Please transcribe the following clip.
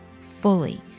fully